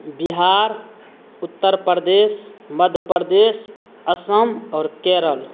बिहार उत्तरप्रदेश मध्यप्रदेश असम आओर केरल